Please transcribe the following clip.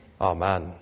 Amen